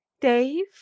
Dave